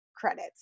credits